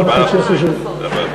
4.5%. נכון,